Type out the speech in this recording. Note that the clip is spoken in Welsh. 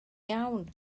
iawn